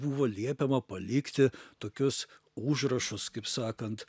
buvo liepiama palikti tokius užrašus kaip sakant